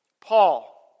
Paul